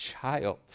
child